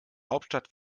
hauptstadt